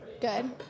Good